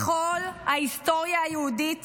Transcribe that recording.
בכל ההיסטוריה היהודית